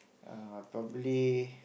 err probably